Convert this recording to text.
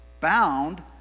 bound